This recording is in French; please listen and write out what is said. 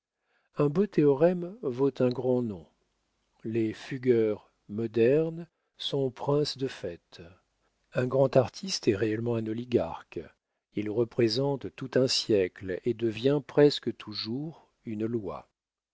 un beau théorème vaut un grand nom les fugger modernes sont princes de fait un grand artiste est réellement un oligarque il représente tout un siècle et devient presque toujours une loi